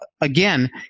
again